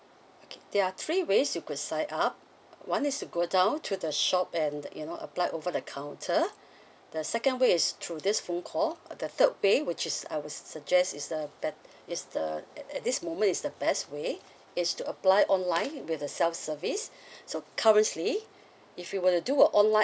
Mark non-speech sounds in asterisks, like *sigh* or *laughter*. okay there are three ways you could sign up one is to go down to the shop and you know apply over the counter *breath* the second way is through this phone call the third way which is I would suggest is the bet~ is the at at this moment is the best way is to apply online with the self-service *breath* so currently if you want to do a online